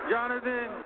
Jonathan